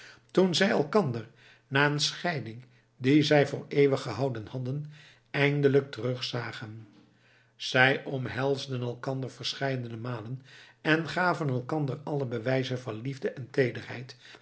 toen zij elkander na een scheiding die zij voor eeuwig gehouden hadden eindelijk terugzagen zij omhelsden elkander verscheidene malen en gaven elkander alle bewijzen van liefde en teederheid